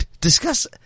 Discuss